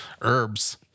herbs